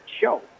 show